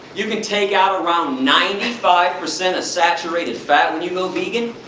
you can take out around ninety five percent of saturated fat, when you go vegan.